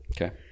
okay